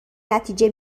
نتیجه